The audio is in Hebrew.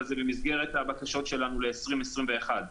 בדגש על קטנים ובינוניים,